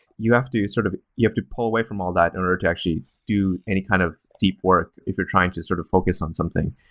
you have sort of you have to pull away from all that in order to actually do any kind of deep work if you're trying to sort of focus on something.